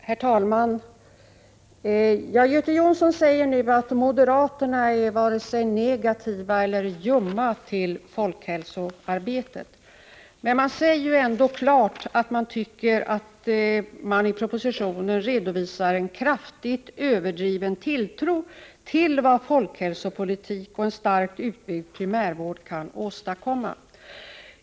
Herr talman! Göte Jonsson säger att moderaterna inte är vare sig negativa till eller ljumma inför folkhälsoarbetet. Men de säger ändå klart och tydligt att de tycker att regeringen i propositionen redovisar en kraftigt överdriven tilltro till vad folkhälsopolitik och en starkt utbyggd primärvård kan åstadkomma.